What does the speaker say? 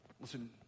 Listen